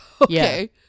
okay